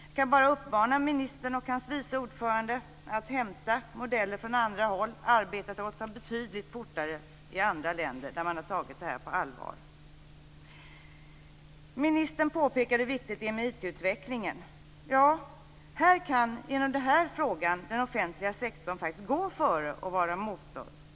Jag kan bara uppmana ministern och hans vice ordförande att hämta modeller från andra håll. Arbetet har gått betydligt fortare i andra länder där man tagit detta på allvar. Ministern påpekade hur viktigt det är med IT utvecklingen. Ja, i den här frågan kan den offentliga sektorn gå före och vara motor.